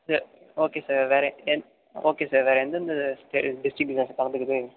sir okay sir வேறு என் okay sir வேறு எந்தெந்த டிஸ்டிக்கு தான் சார் கலந்துக்குது